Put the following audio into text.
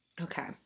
Okay